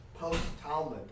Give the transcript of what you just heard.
post-Talmud